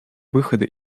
выхода